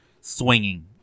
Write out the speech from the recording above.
swinging